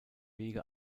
wege